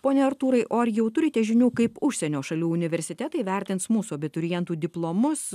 pone artūrai o ar jau turite žinių kaip užsienio šalių universitetai vertins mūsų abiturientų diplomus